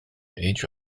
age